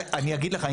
אני אגיד לך,